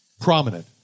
Prominent